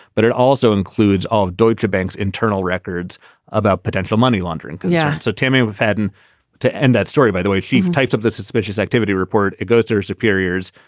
but it also includes all deutsche bank's internal records about potential money laundering. yeah so tami would've had an to end that story, by the way, chief types of the suspicious activity report, it goes to her superiors,